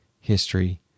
History